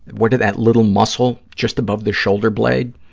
what is that little muscle just above the shoulder blade,